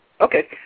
Okay